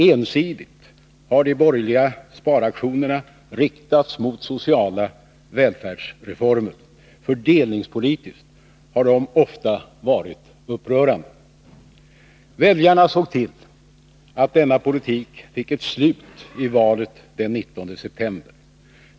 Ensidigt har de borgerliga sparaktionerna riktats mot sociala välfärdsreformer. Fördelningspolitiskt har de ofta varit upprörande. Väljarna såg till att denna politik fick ett slut i valet den 19 september.